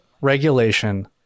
regulation